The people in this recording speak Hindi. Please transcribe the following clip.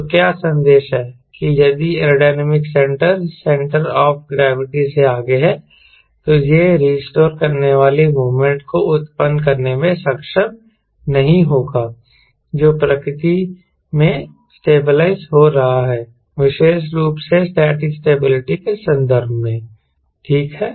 तो क्या संदेश है कि यदि aerodynamic center center of gravity से आगे है तो यह रिसटोर करने वाले मोमेंट को उत्पन्न करने में सक्षम नहीं होगा जो प्रकृति में स्टेबलाइज हो रहा है विशेष रूप से स्टैटिक स्टेबिलिटी के संदर्भ में ठीक है